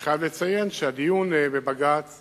אני חייב לציין שהדיון בבג"ץ